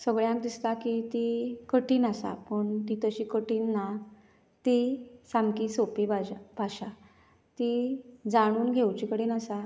सगळ्यांक दिसता की कठीण आसा तशी कठीन ना ती सामकी सोंपी भाश भाशा ती जाणून घेवचे कडेन आसा